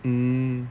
mm